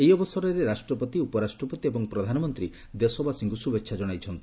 ଏହି ଅବସରରେ ରାଷ୍ଟ୍ରପତି ଉପରାଷ୍ଟ୍ରପତି ଏବଂ ପ୍ରଧାନମନ୍ତ୍ରୀ ଦେଶବାସୀଙ୍କୁ ଶୁଭେଚ୍ଛା ଜଣାଇଛନ୍ତି